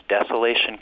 Desolation